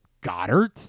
Goddard